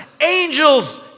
Angels